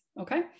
Okay